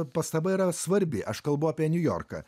pastaba yra svarbi aš kalbu apie niujorką